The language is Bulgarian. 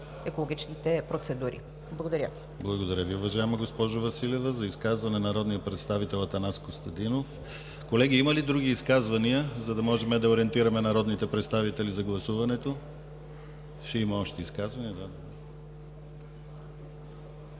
екологичните процедури. Благодаря. ПРЕДСЕДАТЕЛ ДИМИТЪР ГЛАВЧЕВ: Благодаря Ви, уважаема госпожо Василева. За изказване – народният представител Атанас Костадинов. Колеги, има ли други изказвания, за да можем да ориентираме народните представители за гласуването? Ще има още изказвания.